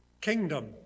kingdom